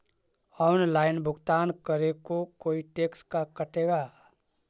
Online भुगतान करे को कोई टैक्स का कटेगा?